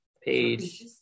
Page